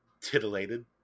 titillated